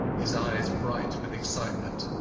his eyes bright with excitement.